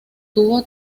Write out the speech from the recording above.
tuvo